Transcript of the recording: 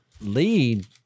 lead